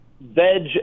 veg